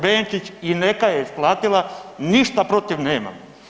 Benčić i neka je isplatila, ništa protiv nemam.